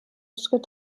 schritt